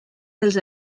dels